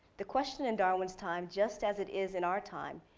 the question in darwin's time, just as it is in our time,